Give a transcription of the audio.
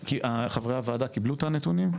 חברי הוועדה קיבלו את הנתונים?